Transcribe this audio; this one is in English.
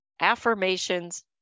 affirmations